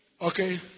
Okay